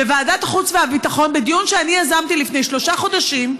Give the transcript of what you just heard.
בוועדת החוץ והביטחון בדיון שאני יזמתי לפני שלושה חודשים,